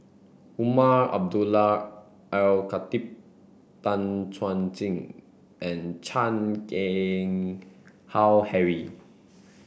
Umar Abdullah Al Khatib Tan Chuan Jin and Chan Keng Howe Harry